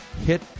hit